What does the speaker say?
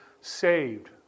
saved